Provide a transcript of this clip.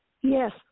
Yes